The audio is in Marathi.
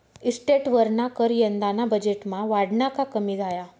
इस्टेटवरना कर यंदाना बजेटमा वाढना का कमी झाया?